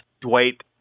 Dwight